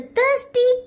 Thirsty